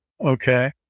okay